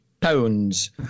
pounds